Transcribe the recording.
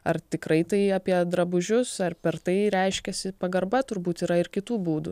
ar tikrai tai apie drabužius ar per tai reiškiasi pagarba turbūt yra ir kitų būdų